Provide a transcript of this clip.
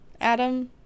adam